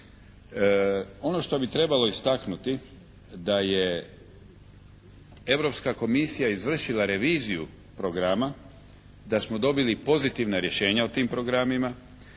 Ono što bi trebalo istaknuti da je Europska komisija izvršila reviziju programa, da smo dobili pozitivna rješenja o tim programima,